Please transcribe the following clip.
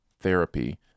therapy